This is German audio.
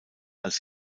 als